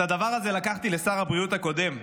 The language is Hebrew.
את הדבר הזה לקחתי לשר הבריאות הקודם,